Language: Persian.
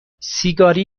سیگاری